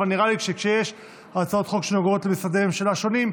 אבל נראה לי שכשיש הצעות חוק שנוגעות למשרדי ממשלה שונים,